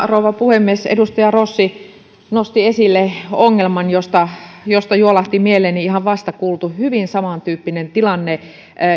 rouva puhemies edustaja rossi nosti esille ongelman josta josta juolahti mieleeni ihan vasta kuultu hyvin samantyyppinen tilanne